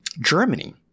Germany